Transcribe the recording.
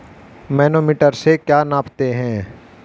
Manometer से क्या नापते हैं?